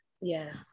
yes